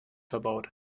verbaut